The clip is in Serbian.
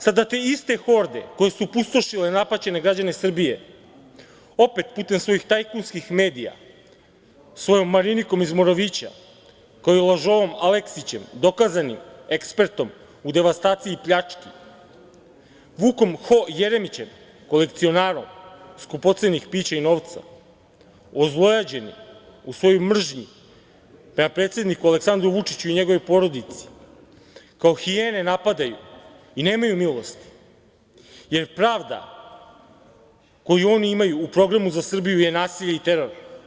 Sada te iste horde koje su pustošile napaćene građane Srbije opet putem svojih tajkunskih medija, svojom Marinikom iz Moravića, kao i lažovom Aleskićem, dokazanim ekspertom u devastaciji i pljački, Vukom ho Jeremićem, kolekcionarom skupocenih pića i novca, ozlojeđeni u svojoj mržnji prema predsedniku Aleksandru Vučiću i njegovoj porodici, kao hijene napadaju i nemaju milosti jer pravda koju oni imaju u programu za Srbiju je nasilje i teror.